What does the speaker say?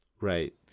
Right